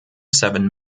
seven